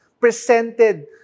presented